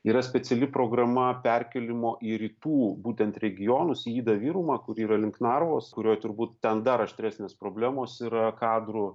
yra speciali programa perkėlimo į rytų būtent regionus į idą virumą kuri yra link narvos kurioj turbūt ten dar aštresnės problemos yra kadrų